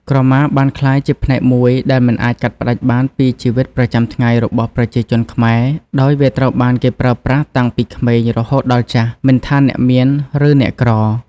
ក្រមាបានក្លាយជាផ្នែកមួយដែលមិនអាចកាត់ផ្ដាច់បានពីជីវិតប្រចាំថ្ងៃរបស់ប្រជាជនខ្មែរ ដោយវាត្រូវបានគេប្រើប្រាស់តាំងពីក្មេងរហូតដល់ចាស់ មិនថាអ្នកមានឬអ្នកក្រ។